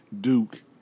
Duke